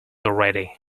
already